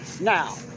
Now